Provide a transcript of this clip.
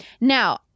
now